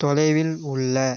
தொலைவில் உள்ள